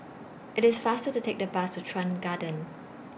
IT IS faster to Take The Bus to Chuan Garden